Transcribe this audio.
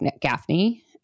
Gaffney